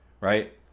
right